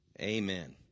amen